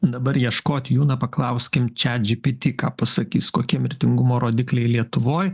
dabar ieškot jų na paklauskim čat gpt ką pasakys kokie mirtingumo rodikliai lietuvoj